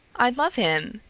i love him.